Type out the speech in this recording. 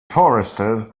forested